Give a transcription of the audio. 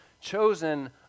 chosen